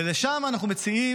ולשם אנחנו מציעים